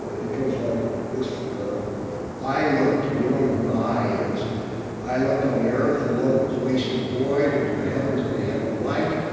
it goes like this i looked and you don't know who i is i looked on the earth, and lo, it was waste and void and to the heavens, and they had no light.